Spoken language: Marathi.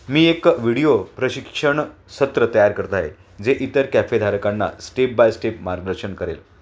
मी एक व्हिडिओ प्रशिक्षण सत्र तयार करत आहे जे इतर कॅफेधारकांना स्टेप बाय स्टेप मार्गदर्शन करेल